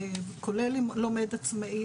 כולל לומד עצמאי,